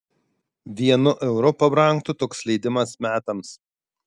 vienu euru pabrangtų toks leidimas metams